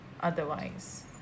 otherwise